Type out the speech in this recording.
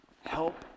help